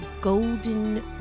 golden